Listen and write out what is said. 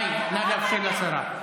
מאי, נא לאפשר לשרה.